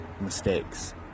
mistakes